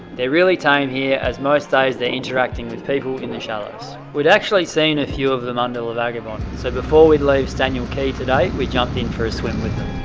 they're are really tame here as most days they're interacting with people in the shallows. we'd actually seen a few of them under la vagabond. so before we'd leave staniel key today we jump in for a swim with